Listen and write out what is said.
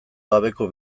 gabeko